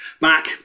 Back